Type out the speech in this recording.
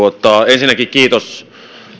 ensinnäkin kiitos